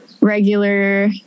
regular